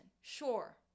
sure